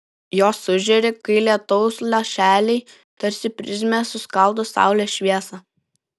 jos sužėri kai lietaus lašeliai tarsi prizmė suskaldo saulės šviesą